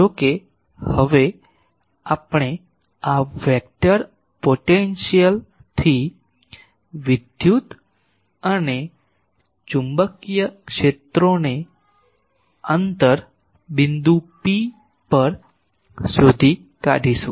જો કે હવે આપણે આ વેક્ટર પોટેન્શિયલથી વિદ્યુત અને ચુંબકીય ક્ષેત્રોને અંતર બિંદુ P પર શોધી કાઢીશું